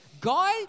Guy